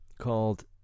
called